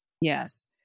Yes